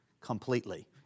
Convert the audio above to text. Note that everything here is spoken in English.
completely